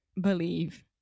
believe